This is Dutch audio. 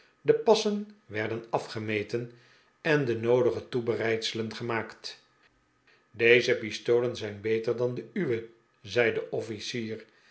de passen werden afgemeten en de noodige toebereidselen gemaakt deze pistolen zijn beter dan de uwe zei de officier